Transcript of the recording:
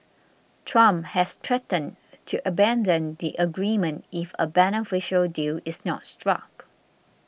trump has threatened to abandon the agreement if a beneficial deal is not struck